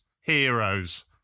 heroes